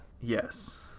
Yes